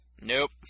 Nope